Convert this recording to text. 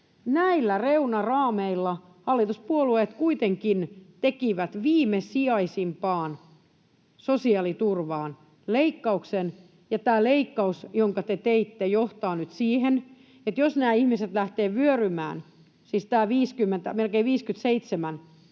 Näillä reunaraameilla hallituspuolueet kuitenkin tekivät viimesijaisimpaan sosiaaliturvaan leikkauksen. Ja tämä leikkaus, jonka te teitte, johtaa nyt siihen, että jos nämä ihmiset lähtevät vyörymään, siis nämä melkein 57 000